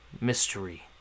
Mystery